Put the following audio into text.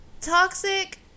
Toxic